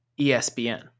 ESPN